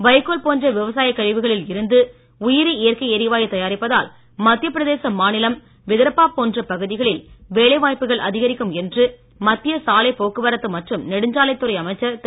வைக்கோல் போன்ற விவசாயக் கழிவுகளில் இருந்து உயிரி இயற்கை எரிவாயு தயாரிப்பதால் மத்தியப்பிரதேச மாநிலம் விதர்பா போன்ற பகுதிகளில் வேலைவாய்ப்புகள் அதிகரிக்கும் என்று மத்திய சாலைப் போக்குவரத்து மற்றும் நெடுஞ்சாலைத் துறை அமைச்சர் திரு